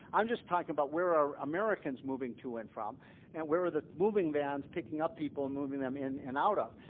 i'm just talking about where americans moving to and from and where are the moving vans, picking up people and moving them in and out of.